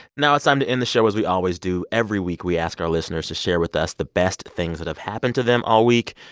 now it's time to end the show as we always do. every week, we ask our listeners to share with us the best things that have happened to them all week.